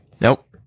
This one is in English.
Nope